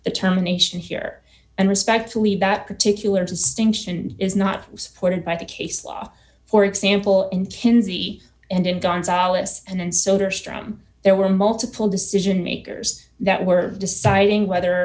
the terminations here and respect to leave that particular distinction is not supported by the case law for example in tins eve and in gonzales and then sold or straw there were multiple decision makers that were deciding whether or